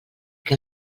que